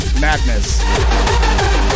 madness